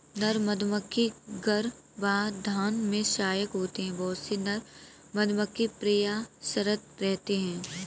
नर मधुमक्खी गर्भाधान में सहायक होते हैं बहुत से नर मधुमक्खी प्रयासरत रहते हैं